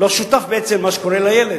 לא שותף בעצם במה שקורה לילד,